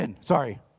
sorry